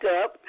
up